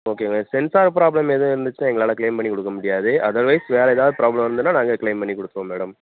ஓகேங்க sensor problem எதுவும் இருந்துச்சின்னால் எங்களால் க்ளைம் பண்ணி கொடுக்க முடியாது அதர்வைஸ் வேறு ஏதாவது ப்ராப்ளம் இருந்ததுன்னா நாங்கள் க்ளைம் பண்ணி கொடுப்போம் மேடம்